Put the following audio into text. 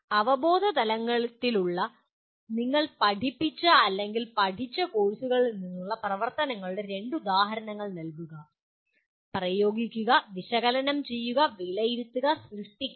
അവബോധതലങ്ങളിലുള്ള നിങ്ങൾ പഠിപ്പിച്ച അല്ലെങ്കിൽ പഠിച്ച കോഴ്സുകളിൽ നിന്നുള്ള പ്രവർത്തനങ്ങളുടെ രണ്ട് ഉദാഹരണങ്ങൾ നൽകുക പ്രയോഗിക്കുക വിശകലനം ചെയ്യുക വിലയിരുത്തുക സൃഷ്ടിക്കുക